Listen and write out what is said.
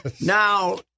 now